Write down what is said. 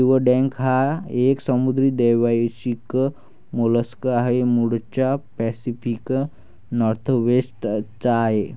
geoduck हा एक समुद्री द्वैवार्षिक मोलस्क आहे, मूळचा पॅसिफिक नॉर्थवेस्ट चा आहे